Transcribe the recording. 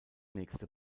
nächste